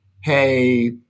hey